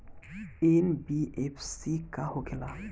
NBFC का होंखे ला?